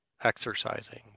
exercising